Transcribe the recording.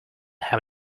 have